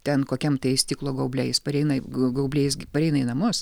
ten kokiam tai stiklo gauble jis pareina gaubliais pareina į namus